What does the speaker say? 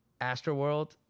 Astroworld